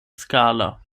skala